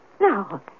Now